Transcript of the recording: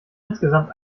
insgesamt